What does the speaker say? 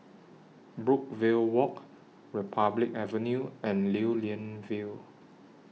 Brookvale Walk Republic Avenue and Lew Lian Vale